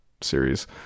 series